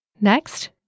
Next